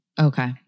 Okay